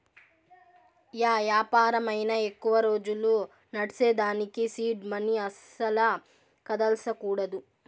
yeah యాపారమైనా ఎక్కువ రోజులు నడ్సేదానికి సీడ్ మనీ అస్సల కదల్సకూడదు